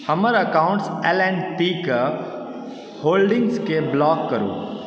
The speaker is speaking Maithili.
हमर एकाउण्ट्स एल एण्ड टी कऽ होल्डिंग्स के ब्लॉक करू